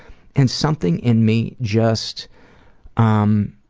and something in me just um